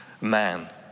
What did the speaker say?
man